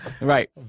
right